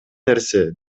нерсе